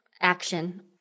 action